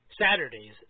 Saturdays